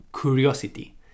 curiosity